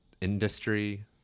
industry